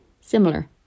similar